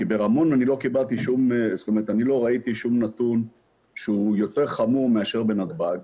כי ברמון אני לא ראיתי שום נתון שהוא יותר חמור מאשר בנתב"ג.